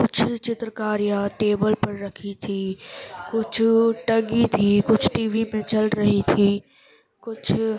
کچھ چترکاریاں ٹیبل پر رکھی تھیں کچھ ٹنگی تھیں کچھ ٹی وی میں چل رہی تھیں کچھ